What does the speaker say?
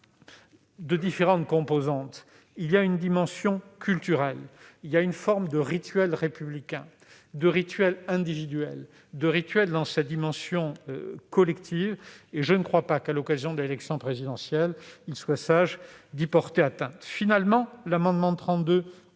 de différentes composantes : il y a une dimension culturelle ; il y a une forme de rituel républicain, de rituel individuel, de rituel dans sa dimension collective. Je ne crois pas que, à l'occasion de l'élection présidentielle, il soit sage d'y porter atteinte. Finalement, l'amendement n° 32